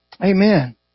Amen